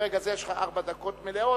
מרגע זה יש לך ארבע דקות מלאות,